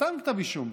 סתם כתב אישום,